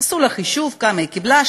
עשו לה חישוב כמה היא קיבלה,